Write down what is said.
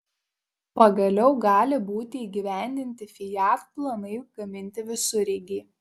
pagaliau gali būti įgyvendinti fiat planai gaminti visureigį